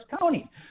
County